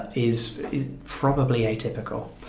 is probably atypical.